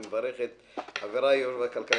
אני מברך את חבריי: יו"ר ועדת הכלכלה,